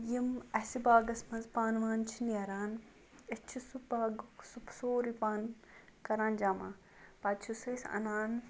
یِم اَسہِ باغس منٛز پَن وَن چھِ نیران أسۍ چھِ سُہ باغُک سُہ سورُے پَن کَران جمع پَتہٕ چھُ سُہ أسۍ اَنان